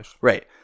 right